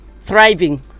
thriving